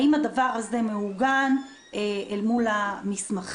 האם הדבר הזה מעוגן אל מול המסמכים.